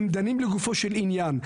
הם דנים לגופו של עניין.